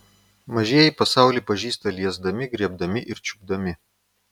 mažieji pasaulį pažįsta liesdami griebdami ir čiupdami